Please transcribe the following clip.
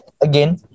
again